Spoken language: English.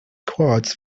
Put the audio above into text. quartz